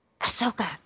ahsoka